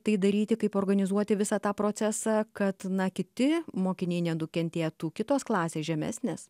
tai daryti kaip organizuoti visą tą procesą kad kiti mokiniai nenukentėtų kitos klasės žemesnės